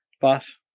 boss